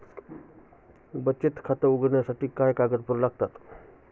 बचत खाते उघडण्यासाठी काय कागदपत्रे लागतात?